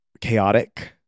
chaotic